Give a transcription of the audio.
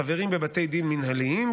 חברים בבתי דין מינהליים,